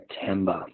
September